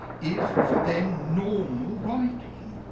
is for them normal writing.